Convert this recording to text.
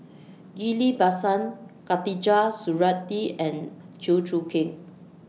Ghillie BaSan Khatijah Surattee and Chew Choo Keng